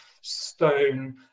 stone